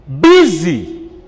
busy